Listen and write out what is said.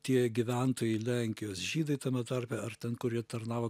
tie gyventojai lenkijos žydai tame tarpe ar ten kurie tarnavo